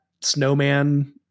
snowman